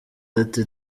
ati